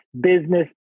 Business